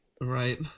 Right